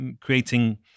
creating